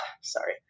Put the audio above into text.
Sorry